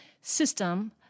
system